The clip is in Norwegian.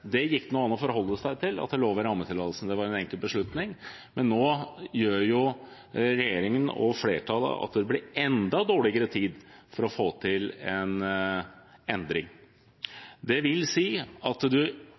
Det gikk nå an å forholde seg til at loven var rammetillatelsen, det var en enkel beslutning, men regjeringen og flertallet gjør nå at tiden blir enda dårligere for å få til en endring. Det vil si at